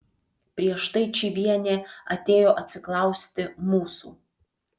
prieš tai čyvienė atėjo atsiklausti mūsų